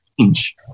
change